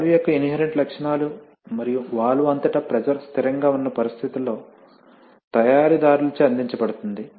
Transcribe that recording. valve యొక్క inherent లక్షణాలు మరియు వాల్వ్ అంతటా ప్రెషర్ స్థిరంగా ఉన్న పరిస్థితులలో తయారీదారుల చే అందించబడుతుంది